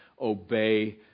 Obey